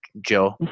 Joe